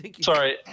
Sorry